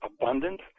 abundant